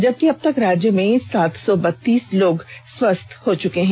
जबकि अब तक राज्य में सात सौ बत्तीस लोग स्वस्थ हो चुके हैं